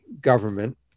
government